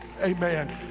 Amen